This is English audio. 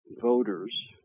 voters